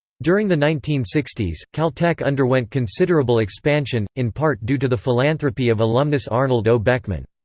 during the nineteen sixty s, caltech underwent considerable expansion, in part due to the philanthropy of alumnus arnold o. beckman.